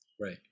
right